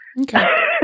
Okay